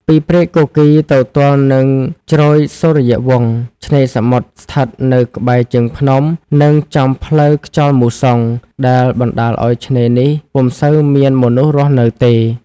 ពីព្រែកគគីរទៅទល់នឹងជ្រោយសូរីយ៍វង្ស ឆ្នេរសមុទ្រស្ថិតនៅក្បែរ ជើងភ្នំ និងចំផ្លូវខ្យល់មូសុង ដែលបណ្តាលអោយឆ្នេរនេះពុំសូវមាន មនុស្សរស់នៅទេ ។